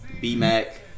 B-Mac